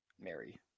Mary